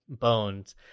bones